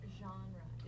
genre